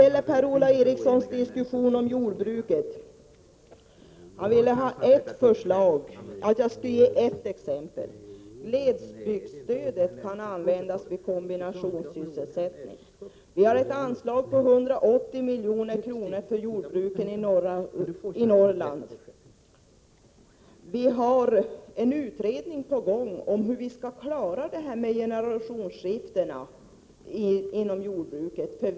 Per-Ola Eriksson talade om jordbruket, och han ville att jag skulle ge ett exempel på stöd. Glesbygdsstödet kan användas vid kombinationssysselsättning. Det finns ett anslag på 180 milj.kr. för jordbruket i Norrland. Det pågår en utredning om hur problemen vid generationsskiften inom jordbruket skall lösas.